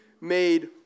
made